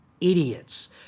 idiots